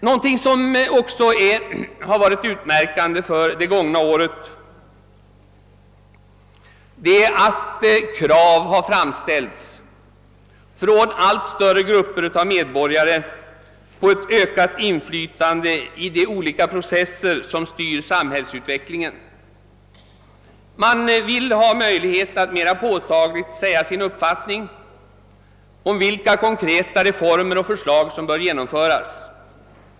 Någonting som också har varit utmärkande för det gångna året är att krav framställts från allt fler grupper av medborgare på ett ökat inflytande över de olika processer, som styr samhällsutvecklingen. Man vill ha möjlighet att mera påtagligt säga sin mening om vilka konkreta reformer och förslag som bör genomföras.